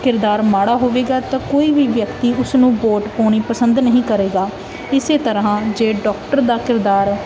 ਕਿਰਦਾਰ ਮਾੜਾ ਹੋਵੇਗਾ ਤਾਂ ਕੋਈ ਵੀ ਵਿਅਕਤੀ ਉਸਨੂੰ ਵੋਟ ਪਾਉਣੀ ਪਸੰਦ ਨਹੀਂ ਕਰੇਗਾ ਇਸੇ ਤਰ੍ਹਾਂ ਜੇ ਡਾਕਟਰ ਦਾ ਕਿਰਦਾਰ